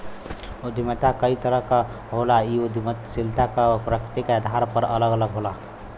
उद्यमिता कई तरह क होला इ उद्दमशीलता क प्रकृति के आधार पर अलग अलग होला